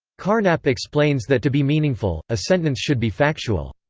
carnap explains that to be meaningful, a sentence should be factual.